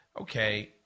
okay